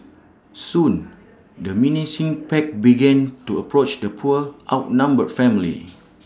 soon the menacing pack began to approach the poor outnumbered family